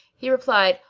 he replied,